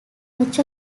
much